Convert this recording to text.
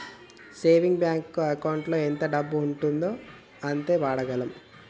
saving bank ఎకౌంటులో ఎంత డబ్బు ఉందో అంతే వాడగలం